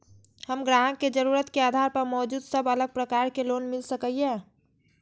हम ग्राहक के जरुरत के आधार पर मौजूद सब अलग प्रकार के लोन मिल सकये?